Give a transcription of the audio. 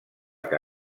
que